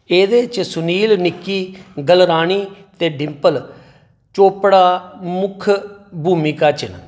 एह्दे च सुनील निक्की गलरानी ते डिंपल चोपडा मुक्ख भूमिका च न